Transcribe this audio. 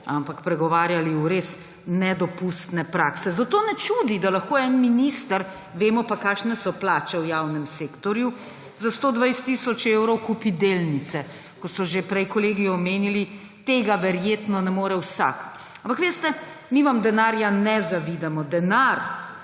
ampak pregovarjali v res nedopustne prakse. Zato ne čudi, da lahko en minister, vemo pa, kakšne so plače v javnem sektorju, za 120 tisoč evrov kupi delnice, kot so že prej kolegi omenili. Tega verjetno ne more vsak. Ampak veste, mi vam denarja ne zavidamo, denar